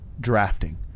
drafting